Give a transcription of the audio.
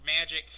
magic